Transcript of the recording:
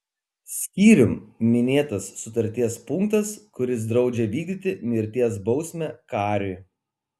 skyrium minėtinas sutarties punktas kuris draudžia vykdyti mirties bausmę kariui